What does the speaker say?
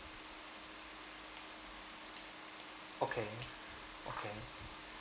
okay okay